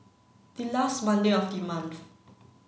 the last Monday of the month